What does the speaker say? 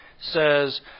says